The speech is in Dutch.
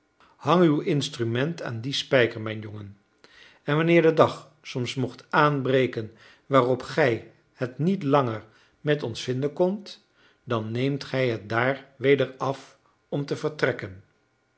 hang uw instrument aan dien spijker mijn jongen en wanneer de dag soms mocht aanbreken waarop gij het niet langer met ons vinden kondt dan neemt gij het daar weder af om te vertrekken